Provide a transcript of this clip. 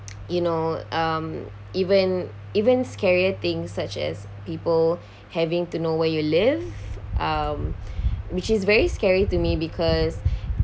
you know um even even scarier things such as people having to know where you live um which is very scary to me because